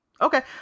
Okay